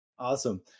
Awesome